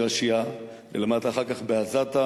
"המדרשייה", ולמדת אחר כך ב"עזתה",